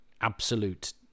absolute